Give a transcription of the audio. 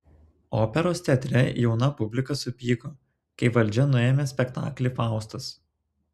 operos teatre jauna publika supyko kai valdžia nuėmė spektaklį faustas